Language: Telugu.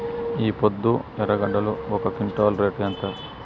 ఈపొద్దు ఎర్రగడ్డలు ఒక క్వింటాలు రేటు ఎంత?